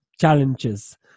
challenges